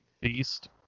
Beast